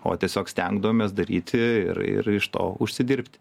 o tiesiog stengdavomės daryti ir ir iš to užsidirbti